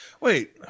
Wait